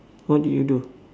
what do you do